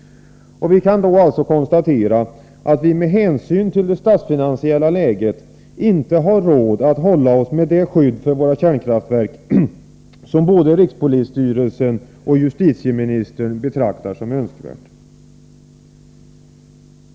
Vi kan alltså konstatera att vi på grund av det statsfinansiella läget inte har råd att hålla oss med det skydd för våra kärnkraftverk som både rikspolisstyrelsen och justitieministern betraktar som önskvärt.